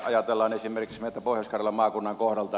ajatellaan esimerkiksi meidän pohjois karjalan maakunnan kohdalta